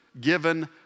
given